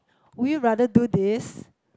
would you rather do this